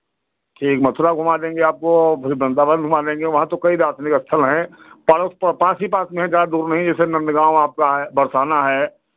ठीक मथुरा घुमा देंगे आपको फिर वृंदावन घुमा देंगे वहाँ तो कई दार्शनिक स्थल हैं पड़ोस पास ही पास में हैं ज़्यादा दूर नहीं जैसे नन्दगांव आपका है बरसाना है